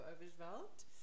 overdeveloped